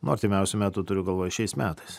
nu artimiausiu metu turiu galvoj šiais metais